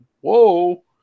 Whoa